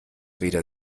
weder